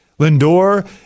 Lindor